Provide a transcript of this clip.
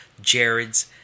jared's